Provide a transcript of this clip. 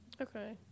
Okay